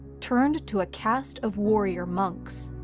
turned to a caste of warrior-monks.